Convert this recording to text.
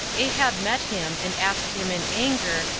ahab met him, and asked him, in anger,